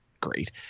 great